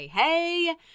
Hey